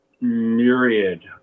myriad